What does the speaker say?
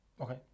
Okay